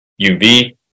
UV